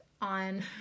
on